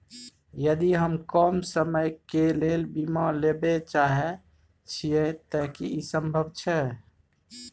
यदि हम कम समय के लेल बीमा लेबे चाहे छिये त की इ संभव छै?